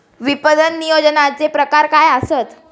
विपणन नियोजनाचे प्रकार काय आसत?